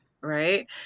right